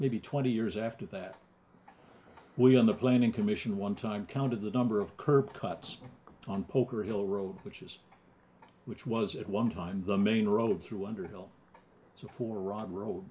maybe twenty years after that we on the planning commission one time counted the number of curb cuts on poker hill road which is which was at one time the main road through underhill so for right road